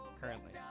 currently